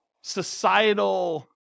societal